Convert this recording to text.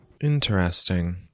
Interesting